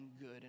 good